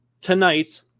Tonight